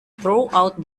throughout